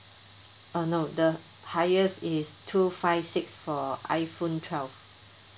uh no the highest is two five six four iPhone twelve